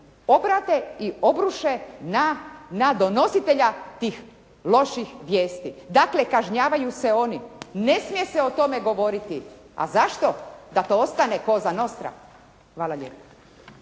obrate i obruše na donositelja tih loših vijesti, dakle kažnjavaju se oni. Ne smije se o tome govoriti. A zašto? Da to ostane cosa nostra. Hvala lijepo.